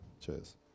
Cheers